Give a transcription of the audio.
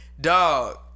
dog